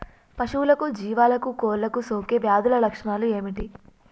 పశువులకు జీవాలకు కోళ్ళకు సోకే వ్యాధుల లక్షణాలు ఏమిటి?